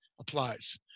applies